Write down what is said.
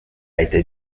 été